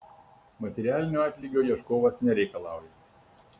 materialinio atlygio ieškovas nereikalauja